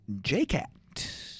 J-Cat